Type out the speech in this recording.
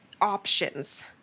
options